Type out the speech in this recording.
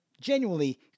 genuinely